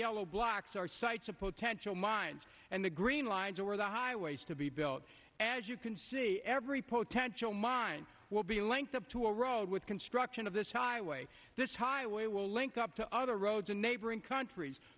yellow blocks are sites of potential mines and the green lines or the highways to be built as you can see every potenza show mine will be length up to a road with construction of this highway this highway will link up to other roads in neighboring countries